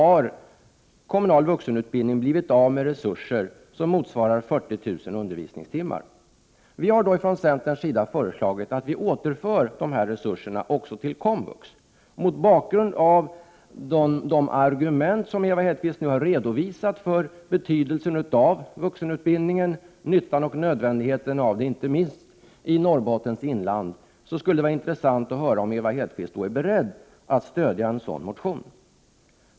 Kommunal vuxenutbildning har blivit av med resurser som motsvarar 40 000 undervisningstimmar i och med det beslut som fattats. Vi har från centerns sida föreslagit att man återför de här resurserna till komvux. Mot bakgrund av de argument som Hedkvist Petersen har redovisat om betydelsen, nyttan och nödvändigheten av vuxenutbildningen inte minst i Norrbottens inland skulle det vara intressant att höra om Ewa Hedkvist Petersen är beredd att stödja en sådan motion.